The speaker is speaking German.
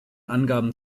angaben